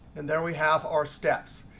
and there we have our steps.